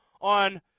on